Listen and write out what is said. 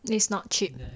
it's not cheap